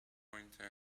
pointer